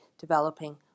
developing